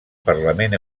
parlament